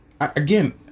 again